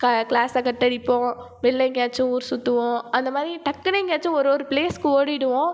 க க்ளாஸை கட் அடிப்போம் வெளியில் எங்கேயாச்சும் ஊர் சுற்றுவோம் அந்த மாதிரி டக்குனு எங்கேயாச்சும் ஒரு ஒரு ப்ளேஸுக்கு ஓடிவிடுவோம்